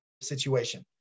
situation